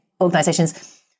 organisations